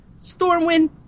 Stormwind